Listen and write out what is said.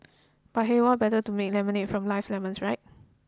but hey what better than to make lemonade from life's lemons right